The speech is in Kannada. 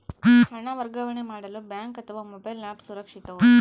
ಹಣ ವರ್ಗಾವಣೆ ಮಾಡಲು ಬ್ಯಾಂಕ್ ಅಥವಾ ಮೋಬೈಲ್ ಆ್ಯಪ್ ಸುರಕ್ಷಿತವೋ?